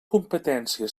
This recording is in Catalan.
competència